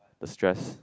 the stress